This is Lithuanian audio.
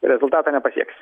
rezultato nepasieksi